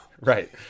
Right